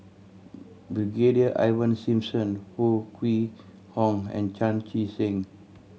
Brigadier Ivan Simson Foo Kwee Horng and Chan Chee Seng